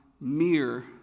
mere